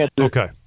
Okay